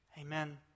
amen